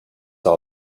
all